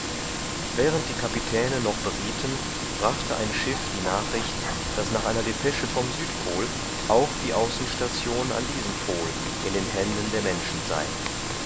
während die kapitäne noch berieten brachte ein schiff die nachricht daß nach einer depesche vom südpol auch die außenstation an diesem pol in den händen der menschen sei